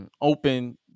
open